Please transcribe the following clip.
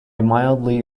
mildly